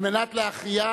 ובכן, 52 בעד, 35 נגד,